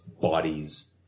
bodies